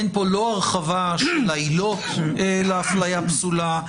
אין פה לא הרחבה של העילות לאפליה פסולה.